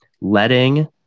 letting